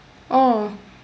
oh